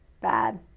Bad